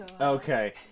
Okay